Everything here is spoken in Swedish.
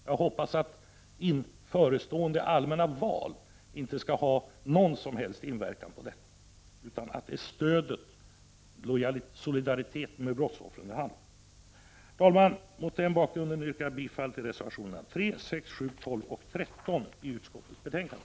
Jag hoppas att kommande allmänna val inte skall ha någon som helst inverkan här utan att det skall handla om stödet till och solidariteten med brottsoffren. Herr talman! Mot denna bakgrund yrkar jag bifall till reservationerna 3, 6, 7, 12 och 13 i detta betänkande.